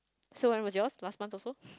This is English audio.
so when was yours last month also